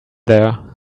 there